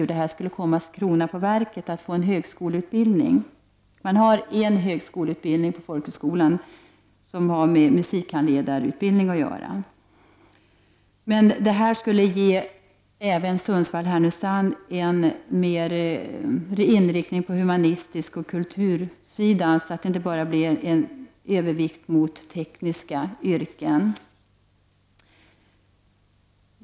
Att få en högskoleutbildning till Härnösand skulle vara som kronan på verket. Det finns en högskoleutbildning som har med en musikhandledarutbildning att göra på folkhögskolan. Detta skulle även ge Sundsvall-Härnösand en mer humanistisk och kulturell inriktning, så att det inte blir en övervikt för tekniska utbildningar.